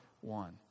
one